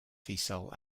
fiesole